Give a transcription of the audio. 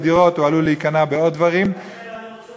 להיות שר אוצר